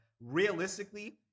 realistically